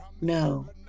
no